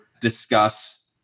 discuss